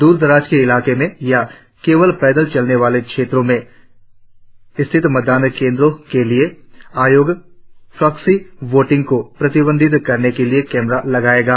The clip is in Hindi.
दूरदराज के इलाकों में या केवल पैदल चलने वाले क्षेत्रों में स्थित मतदान केंद्रों के लिए आयोग प्रॉक्सी वोटिंग का प्रतिबंधित करने के लिए कैमरे लगाएगा